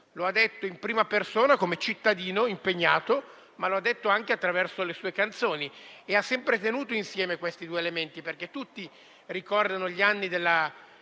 Lo ha fatto in prima persona come cittadino impegnato, ma anche attraverso le sue canzoni e ha sempre tenuto insieme questi due elementi, perché tutti ricordano gli anni de